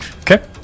Okay